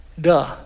duh